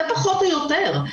זה פחות או יותר.